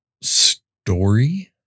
story